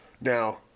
Now